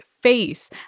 face